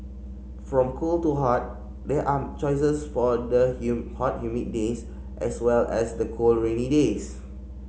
from cold to hot there are choices for the hot humid days as well as the cold rainy days